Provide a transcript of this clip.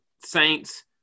Saints